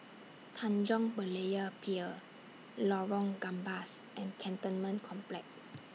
Tanjong Berlayer Pier Lorong Gambas and Cantonment Complex